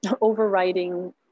overriding